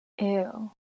Ew